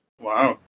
Wow